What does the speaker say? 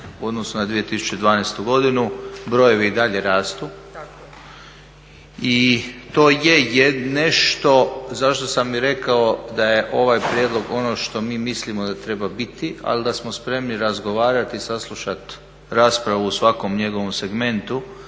odnosu na 2012.godinu, brojevi i dalje rastu i to je nešto zašto sam i rekao da je ovaj prijedlog ono što mi mislimo da treba biti, ali da smo spremni razgovarati i saslušati raspravu u svakom njegovom segmentu